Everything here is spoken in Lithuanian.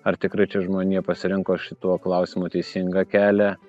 ar tikrai čia žmonija pasirinko šituo klausimu teisingą kelią